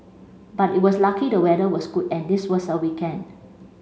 but it was lucky the weather was good and this was a weekend